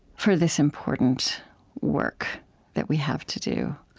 for this important work that we have to do,